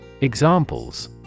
Examples